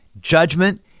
judgment